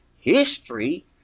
history